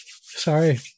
Sorry